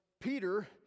Peter